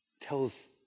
tells